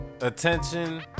Attention